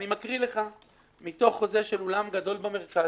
אני מקריא לך מתוך חוזה של אולם גדול במרכז,